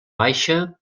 baixa